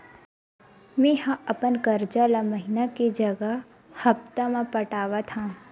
मेंहा अपन कर्जा ला महीना के जगह हप्ता मा पटात हव